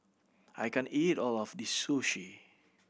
I can't eat all of this Sushi